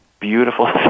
beautiful